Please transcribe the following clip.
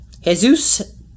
Jesus